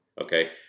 Okay